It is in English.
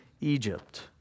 Egypt